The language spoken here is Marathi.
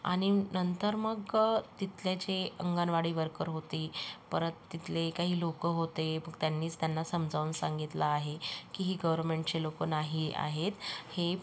आणि नंतर मग तिथल्या जे अंगणवाडी वर्कर होती परत तिथले काही लोक होते त्यांनीच त्यांना समजावून सांगितलं आहे की ही गव्हर्नमेंटचे लोकं नाही आहेत ही